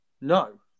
No